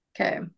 Okay